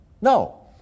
No